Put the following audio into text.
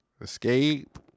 escape